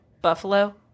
buffalo